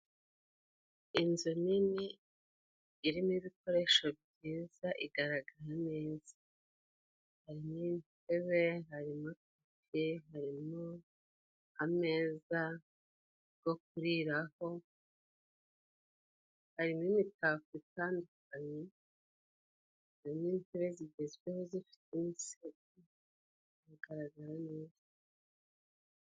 Inzu nini irimo ibikoresho byiza, igaragara neza. Harimo intebe, harimo akabuye, harimo ameza go kuriraho, harimo imitako itandukanye, harimo intebe zigezweho zifite imisego, bigaragara neza